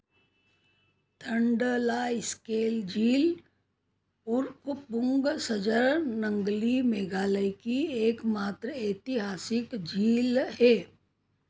थंडलास्केल झील उर्फ़ पुंग सजर नंगली मेघालय की एकमात्र ऐतिहासिक झील है